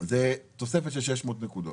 זה תוספת של 600 נקודות.